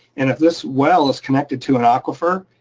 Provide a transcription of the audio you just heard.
and if this well is connected to an aquifer,